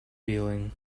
feeling